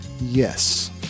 Yes